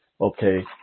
Okay